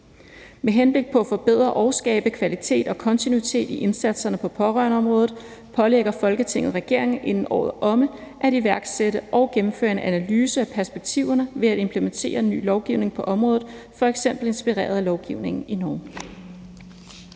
Med henblik på at forbedre og skabe kvalitet og kontinuitet i indsatserne på pårørendeområdet pålægger Folketinget regeringen, inden året er omme, at iværksætte og gennemføre en analyse af perspektiverne ved at implementere ny lovgivning på området, for eksempel inspireret af lovgivningen i Norge.«